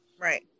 Right